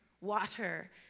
water